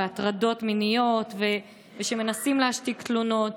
הטרדות מיניות ומנסים להשתיק תלונות.